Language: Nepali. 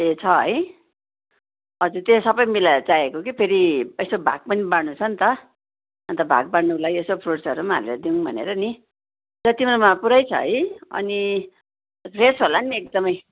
ए छ है हजुर त्यो सबै मिलाएर चाहिएको कि फेरि यसो भाग पनि बाँड्नु छ नि त अन्त भाग बाँड्नुको लागि एसो फ्रुट्सहरू पनि हालेर दिउँ भनेर नि अन्त तिम्रोमा पुरै छ है अनि फ्रेस होला नि एकदमै